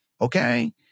okay